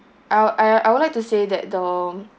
I'd I I would like to say that the